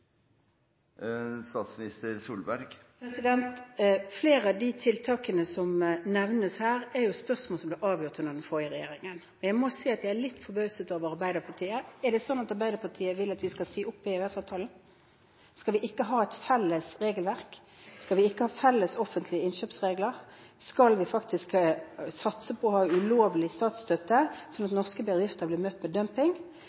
Flere av de tiltakene som nevnes her, er spørsmål som ble avgjort under den forrige regjeringen. Jeg må si at jeg er litt forbauset over Arbeiderpartiet. Er det sånn at Arbeiderpartiet vil at vi skal si opp EØS-avtalen? Skal vi ikke ha et felles regelverk? Skal vi ikke ha felles offentlige innkjøpsregler? Skal vi faktisk satse på å ha ulovlig statsstøtte, sånn at